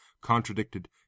contradicted